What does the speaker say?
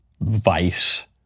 vice